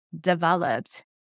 developed